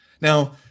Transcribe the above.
Now